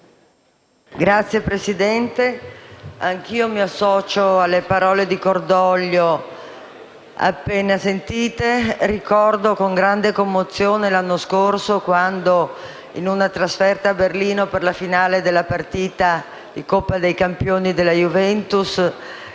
Signor Presidente, anch'io mi associo alle parole di cordoglio appena sentite. Ricordo con grande commozione l'anno scorso, quando, in una trasferta a Berlino per la finale della partita di Coppa dei campioni della Juventus,